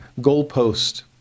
goalpost